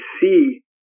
see